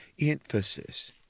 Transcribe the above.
emphasis—